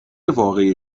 واقعی